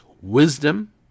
Wisdom